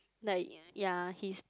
like ya he's